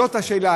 זאת השאלה,